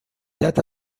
death